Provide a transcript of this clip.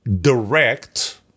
direct